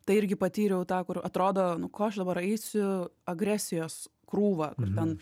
tai irgi patyriau tą kur atrodo nu ko aš dabar eisiu agresijos krūvą kur ten